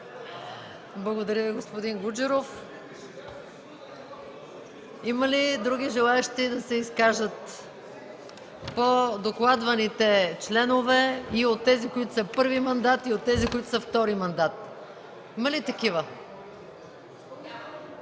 Благодаря Ви, господин Гуджеров. Има ли други желаещи да се изкажат по докладваните членове – и от тези, които са първи мандат, и от тези, които са втори мандат? (Оживление.